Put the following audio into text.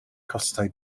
costau